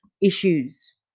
issues